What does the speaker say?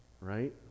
right